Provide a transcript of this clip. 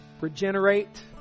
regenerate